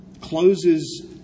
closes